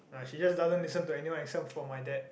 ya she just doesn't listen to anyone except for my dad